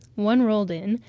one rolled in,